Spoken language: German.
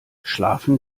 schlafen